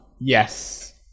Yes